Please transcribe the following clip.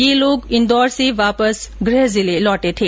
ये लोग इन्दौर से वापस गृह जिले लौटे थे